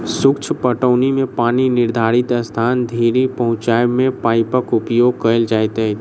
सूक्ष्म पटौनी मे पानि निर्धारित स्थान धरि पहुँचयबा मे पाइपक उपयोग कयल जाइत अछि